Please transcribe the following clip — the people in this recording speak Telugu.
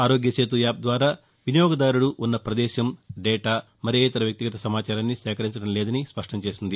ఆరోగ్య సేతు యాప్ ద్వారా వినియోగదారుడు ఉన్న ప్రదేశం డేటా మరే ఇతర వ్యక్తిగత సమాచారాన్ని సేకరించడంలేదని స్పష్టం చేసింది